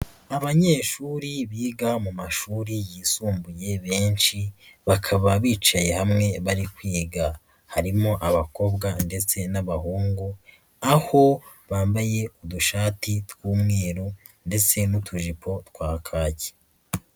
Abanyeshuri biga mu mashuri yisumbuye benshi, bakaba bicaye hamwe bari kwiga. Harimo abakobwa ndetse n'abahungu, aho bambaye udushati tw'umweru ndetse n'utujipo twa kaki.